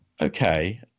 Okay